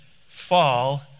fall